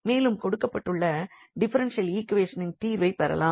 மேலும் கொடுக்கப்பட்டுள்ள டிஃபரென்ஷியல் ஈக்வேஷனின் தீர்வைப் பெறலாம்